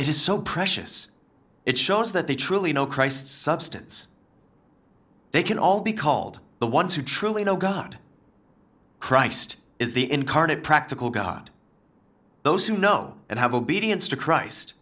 is so precious it shows that they truly know christ substance they can all be called the ones who truly know god christ is the incarnate practical god those who know and have obedience to christ